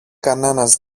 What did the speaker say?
κανένας